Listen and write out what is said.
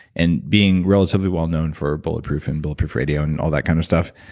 and being relatively well-known for bulletproof and bulletproof radio and all that kind of stuff,